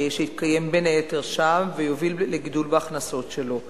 שיתקיים בין היתר שם, ויוביל לגידול בהכנסות שלו.